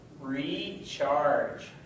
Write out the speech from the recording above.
recharge